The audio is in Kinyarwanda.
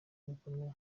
bikomeye